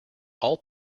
all